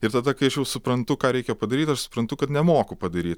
ir tada kai aš jau suprantu ką reikia padaryt aš suprantu kad nemoku padaryt